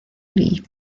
league